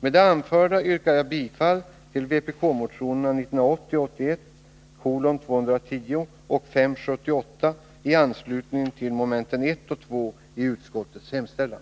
Med det anförda yrkar jag bifall till vpk-motionerna 1980/81:210 och 578 i anslutning till mom. 1 och 2 i utskottets hemställan.